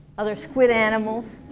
other squid animals.